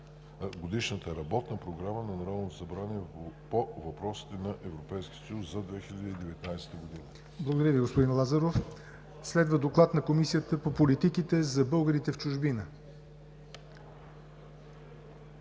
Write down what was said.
Годишната работна програма на Народното събрание по въпросите на Европейския съюз за 2019 г.“ ПРЕДСЕДАТЕЛ ЯВОР НОТЕВ: Благодаря, господин Лазаров. Следва Доклад на Комисията по политиките за българите в чужбина.